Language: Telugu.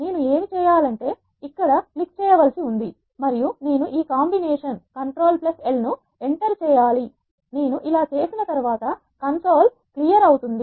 నేను ఏమి చేయాలంటేనేను ఇక్కడ క్లిక్ చేయవలసి ఉంది మరియు నేను ఈ combination control L control L ను ఎంటర్ చేయాలినేను ఇలా చేసిన తర్వాత console కన్సోల్క్లియర్ అవుతుంది